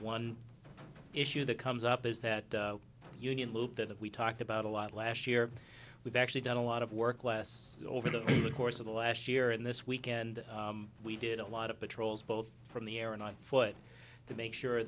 one issue that comes up is that union loop that we talked about a lot last year we've actually done a lot of work less over the course of the last year and this weekend we did a lot of patrols both from the air and on foot to make sure